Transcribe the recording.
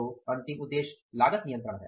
तो अंतिम उद्देश्य लागत नियंत्रण है